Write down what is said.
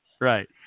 Right